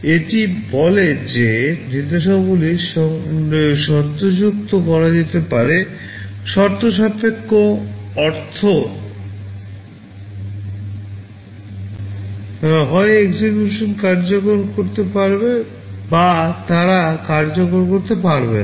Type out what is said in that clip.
এটি বলে যে নির্দেশাবলী শর্তযুক্ত করা যেতে পারে শর্তসাপেক্ষ অর্থ তারা হয় execution কার্যকর করতে পারে বা তারা কার্যকর করতে পারে না